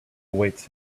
awaits